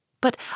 But